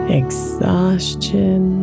exhaustion